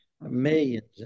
millions